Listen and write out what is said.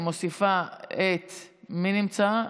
אני מוסיפה את אלכס קושניר,